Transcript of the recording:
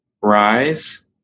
rise